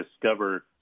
discover